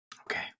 Okay